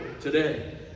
today